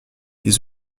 ils